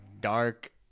dark